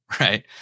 right